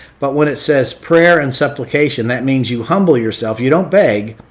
but when it says prayer and supplication, that means you humble yourself. you don't beg.